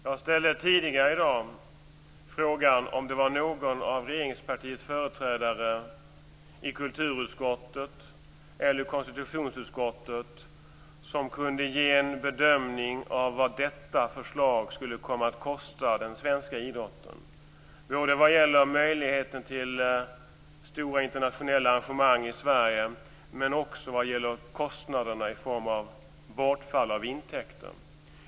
Jag ställde tidigare i dag frågan om det var någon av regeringspartiets företrädare i kulturutskottet eller konstitutionsutskottet som kunde ge en bedömning av vad detta förslag skulle komma att kosta den svenska idrotten, både vad gäller möjligheten till stora internationella arrangemang i Sverige men också vad gäller kostnaderna i form av bortfall av intäkter.